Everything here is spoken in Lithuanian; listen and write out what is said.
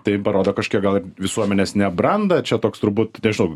tai parodo kažkiek gal ir visuomenės nebrandą čia toks turbūt nežinau